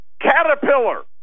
Caterpillar